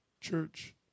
Church